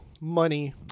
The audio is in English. money